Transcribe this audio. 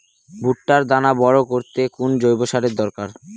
ভুট্টার দানা বড় করতে কোন জৈব সারের দরকার?